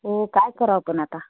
हो काय करावं पण आता